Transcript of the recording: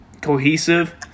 cohesive